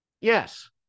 Yes